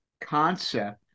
concept